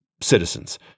citizens